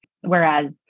Whereas